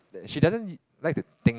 she doesn't like to think